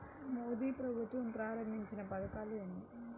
మోదీ ప్రభుత్వం ప్రారంభించిన పథకాలు ఎన్ని?